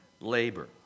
labor